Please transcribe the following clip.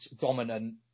dominant